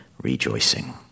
rejoicing